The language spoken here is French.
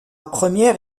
première